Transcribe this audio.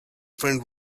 friend